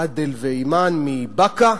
עאדל ואימאן מבאקה,